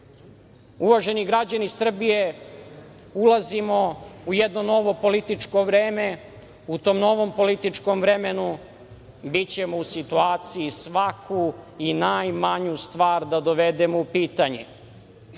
ljudi. Uvaženi građani Srbije, ulazimo u jedno novo političko vreme. U tom novom političkom vremenu bićemo u situaciji svaku i najmanju stvar da dovedemo u pitanje.